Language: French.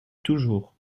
toujours